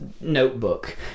notebook